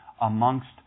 amongst